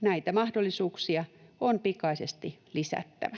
Näitä mahdollisuuksia on pikaisesti lisättävä.